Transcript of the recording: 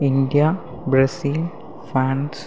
India Brazil France